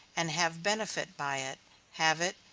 and have benefit by it have it,